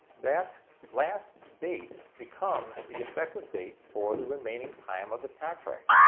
that last date becomes the effective date for the remaining time of the contract.